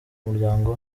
muryango